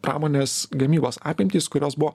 pramonės gamybos apimtys kurios buvo